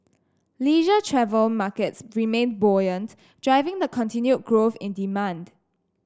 leisure travel markets remained buoyant driving the continued growth in demand